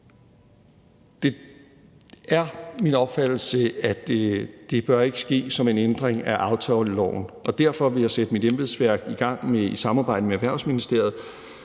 Det er min opfattelse, at det ikke bør ske som en ændring af aftaleloven, og derfor vil jeg sætte mit embedsværk i gang med i samarbejde med Erhvervsministeriet